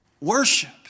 worship